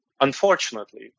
unfortunately